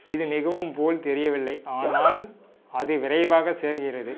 இது மிகவும் போல் தெரியவில்லை ஆனால் அது விரைவாக சேர்கிறது